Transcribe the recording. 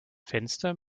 fenster